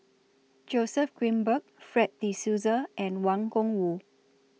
Joseph Grimberg Fred De Souza and Wang Gungwu